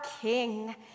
King